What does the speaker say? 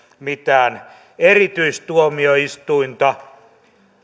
mitään erityistuomioistuinta